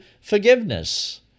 forgiveness